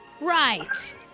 Right